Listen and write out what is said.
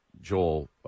Joel